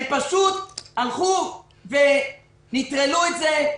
הם פשוט הלכו ונטרלו את זה,